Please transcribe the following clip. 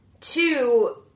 Two